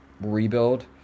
rebuild